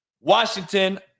Washington